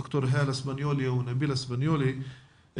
ד"ר האלה אספניולי ונבילה אספניולי,